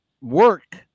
work